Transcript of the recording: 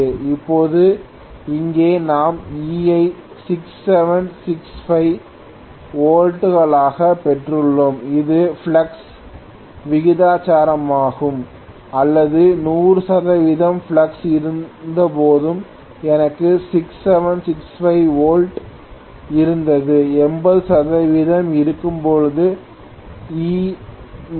இப்போது இங்கே நாம் E ஐ 6765 வோல்ட் டுகளாகப் பெற்றுள்ளோம் இது ஃப்ளக்ஸ் விகிதாசாரமாகும் அல்லது 100 சதவிகிதம் ஃப்ளக்ஸ் இருந்தபோது எனக்கு 6765 வோல்ட் இருந்தது 80 சதவிகிதம் இருக்கும்போது Enew67650